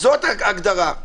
זו ההגדרה.